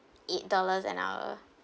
eight dollars an hour